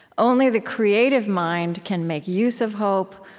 only the creative mind can make use of hope.